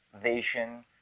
vision